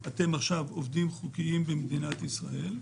אתם עכשיו עובדים חוקיים במדינת ישראל,